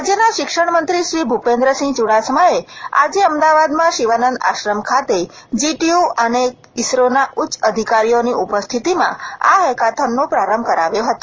રાજ્યના શિક્ષણમંત્રી શ્રી ભૂપેન્દ્રસિંહ ચુડાસમાએ આજે અમદાવાદમાં શિવાનંદ આશ્રમ ખાતે જીટીયૂ અને ઇસરોના ઉચ્ચ અધિકારીઓની ઉપસ્થિતિમાં આ હેકેથોનનો પ્રારંભ કરાયો હતો